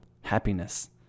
happiness